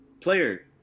player